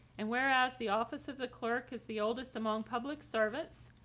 and whereas the office of the clerk is the oldest among public servants,